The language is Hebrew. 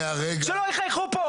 שלא יחייכו פה.